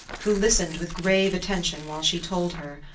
who listened with grave attention while she told her,